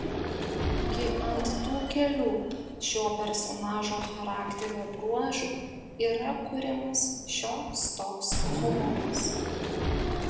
gi ant tų kelių šio personažo charakterio bruožų yra kuriamas šioks toks humoras